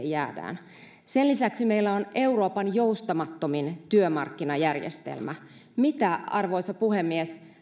jäädään työkyvyttömyyseläkkeelle sen lisäksi meillä on euroopan joustamattomin työmarkkinajärjestelmä mitä arvoisa puhemies